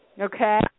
Okay